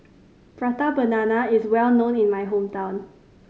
Prata Banana is well known in my hometown